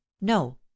no